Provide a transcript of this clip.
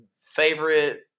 favorite